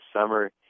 Summer